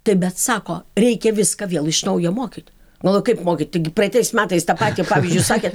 tai bet sako reikia viską vėl iš naujo mokyt nu o kaip mokyt taigi praeitais metais tą patį pavyzdžiui sakė